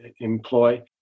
employ